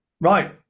right